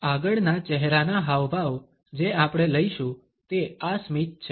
આગળના ચહેરાના હાવભાવ જે આપણે લઈશું તે આ સ્મિત છે